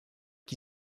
qui